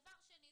דבר שני,